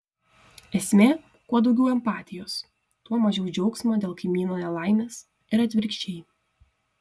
esmė kuo daugiau empatijos tuo mažiau džiaugsmo dėl kaimyno nelaimės ir atvirkščiai